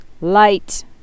light